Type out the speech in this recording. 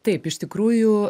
taip iš tikrųjų